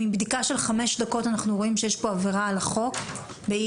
אם בבדיקה של חמש דקות אנחנו רואים שיש פה עבירה על החוק בעיר,